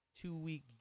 two-week